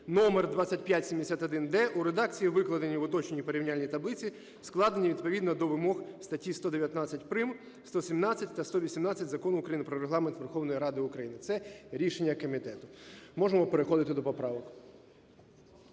(номер 2571-д) у редакції, викладеній в уточненій порівняльній таблиці, складеній відповідно до вимог статті 119 прим., 117 та 118 Закону України "Про Регламент Верховної Ради України". Це рішення комітету. Можемо переходити до поправок.